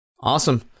Awesome